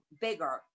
bigger